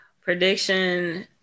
Prediction